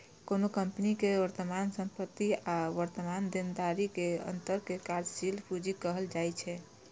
कोनो कंपनी के वर्तमान संपत्ति आ वर्तमान देनदारी के अंतर कें कार्यशील पूंजी कहल जाइ छै